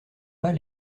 pas